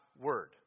word